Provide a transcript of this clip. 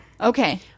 Okay